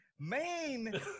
main